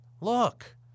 look –